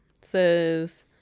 says